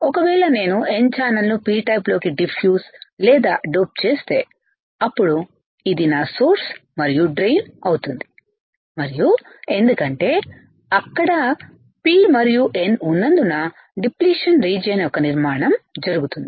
ఒక వేళ నేను n ఛానెల్ను p టైప్లోకి డిఫ్యూస్ లేదా డోప్ చేస్తే అప్పుడు ఇది నా సోర్స్ మరియు డ్రెయిన్ అవుతుంది మరియు ఎందుకంటే అక్కడ p మరియు n ఉన్నందున డిప్లిషన్ రీజియన్ యొక్క నిర్మాణం జరుగుతుంది